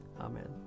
Amen